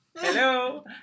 Hello